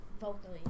vocally